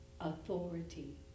authority